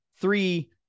three